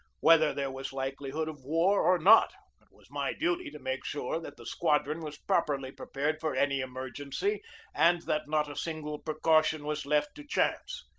whether there was likelihood of war or not, it was my duty to make sure that the squadron was properly prepared for any emergency and that not a single precaution was left to chance.